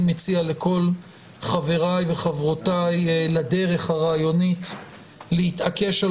אני מציע לכל חבריי וחברותיי לדרך הרעיונית להתעקש על